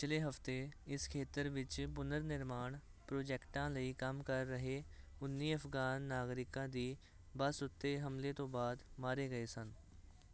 ਪਿਛਲੇ ਹਫਤੇ ਇਸ ਖੇਤਰ ਵਿੱਚ ਪੁਨਰ ਨਿਰਮਾਣ ਪ੍ਰੋਜੈਕਟਾਂ ਲਈ ਕੰਮ ਕਰ ਰਹੇ ਉੱਨੀ ਅਫਗਾਨ ਨਾਗਰਿਕਾ ਦੀ ਬੱਸ ਉੱਤੇ ਹਮਲੇ ਤੋਂ ਬਾਅਦ ਮਾਰੇ ਗਏ ਸਨ